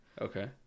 Okay